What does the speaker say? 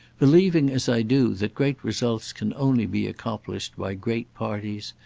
believing as i do that great results can only be accomplished by great parties,